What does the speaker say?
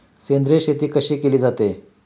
सेंद्रिय शेती कशी केली जाते?